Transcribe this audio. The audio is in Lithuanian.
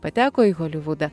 pateko į holivudą